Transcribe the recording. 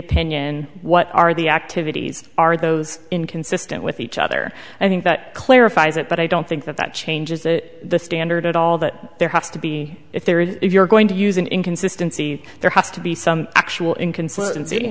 opinion what are the activities are those inconsistent with each other i think that clarifies it but i don't think that that changes that standard at all that there has to be if there is if you're going to use an inconsistency there has to be some actual inconsistency